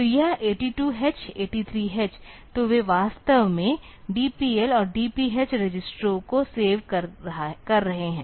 तो यह 82H83H तो वे वास्तव में DPL और DPH रजिस्टरों को सेव कर रहे हैं